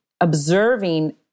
observing